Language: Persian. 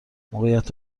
موقعیت